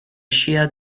scia